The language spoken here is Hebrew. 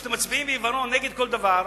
כשאתם מצביעים בעיוורון נגד כל דבר,